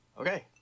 Okay